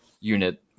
unit